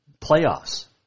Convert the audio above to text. playoffs